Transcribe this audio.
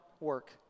work